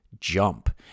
jump